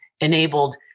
enabled